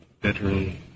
bedroom